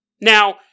Now